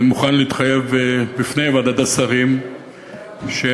אני מוכן להתחייב בפני ועדת השרים שנשב